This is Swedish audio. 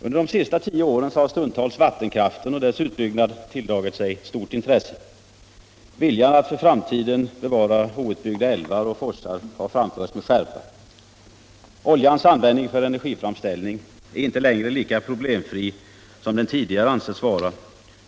Under de senaste tio åren har vattenkraften och dess utbyggnad stundtals tilldragit sig stort intresse. Viljan att för framtiden bevara outbyggda älvar och forsar har framförts med skärpa. Oljans användning för energiframställning är inte längre lika problem fri som den tidigare ansetts vara.